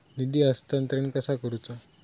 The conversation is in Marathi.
निधी हस्तांतरण कसा करुचा?